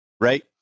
right